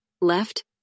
Left